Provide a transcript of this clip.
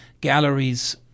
galleries